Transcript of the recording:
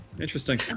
Interesting